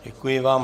Děkuji vám.